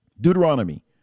Deuteronomy